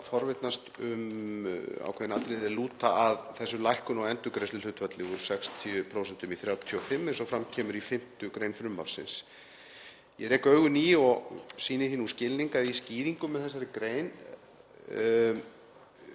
forvitnast um ákveðin atriði er lúta að þessari lækkun á endurgreiðsluhlutfalli úr 60% í 35% eins og fram kemur í 5. gr. frumvarpsins. Ég rek augun í, og sýni því nú skilning, að í skýringum með þessari grein